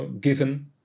given